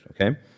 Okay